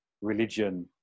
religion